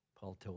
Paul